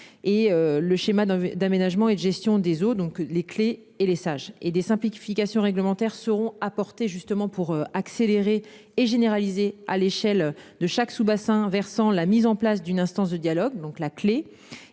et le schéma d'aménagement et de gestion des eaux, donc les clés et les sages et des simplifications réglementaires seront apportées justement pour accélérer et généralisée à l'échelle de chaque sous-bassins versant la mise en place d'une instance de dialogue, donc la clé